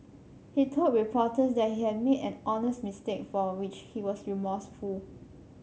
he told reporters that he had made an honest mistake for which he was remorseful